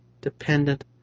dependent